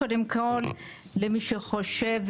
קודם כל, למי שחושב,